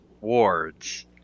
wards